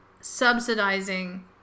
subsidizing